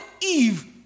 Eve